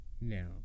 Now